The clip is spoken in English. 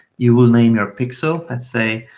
you will name your pixel and say